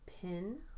pin